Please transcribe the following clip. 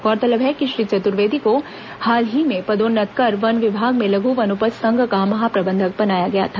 गौरतलब है कि श्री चतुर्वेदी को हाल ही में पदोन्नत कर वन विभाग में लघु वनोपज संघ का महाप्रबंधक बनाया गया था